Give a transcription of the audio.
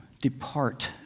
depart